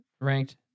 ranked